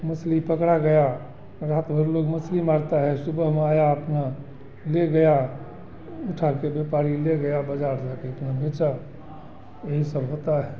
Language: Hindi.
मछली पकड़ा गया रात भर लोग मछली मारता है सुबह में आया अपना ले गया ऊठाके व्यापारी ले गया बज़ार जाके अपना बेचा यही सब होता है